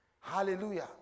Hallelujah